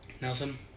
Nelson